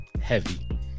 Heavy